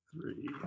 Three